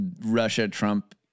Russia-Trump